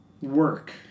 work